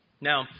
Now